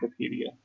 Wikipedia